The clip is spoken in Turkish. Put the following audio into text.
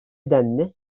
denli